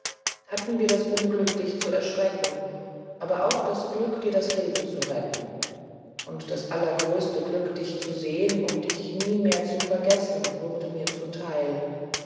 hatten wir das unglück dich zu erschrecken aber auch das glück dir das leben zu retten und das allergrößte glück dich zu sehen um dich nie mehr zu vergessen wurde mir zuteil